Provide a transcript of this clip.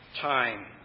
time